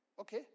okay